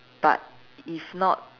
but if not